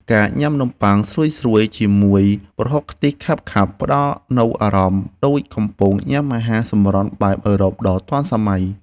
ការញ៉ាំនំប៉័ងស្រួយៗជាមួយប្រហុកខ្ទិះខាប់ៗផ្តល់នូវអារម្មណ៍ដូចកំពុងញ៉ាំអាហារសម្រន់បែបអឺរ៉ុបដ៏ទាន់សម័យ។